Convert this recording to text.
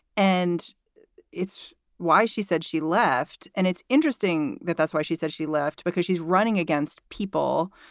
and it's why she said she left. and it's interesting that that's why she said she left, because she's running against people,